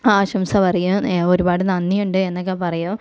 ആശംസ പറയും ഒരുപാട് നന്ദിയുണ്ടേ എന്നൊക്കെ പറയും